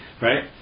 right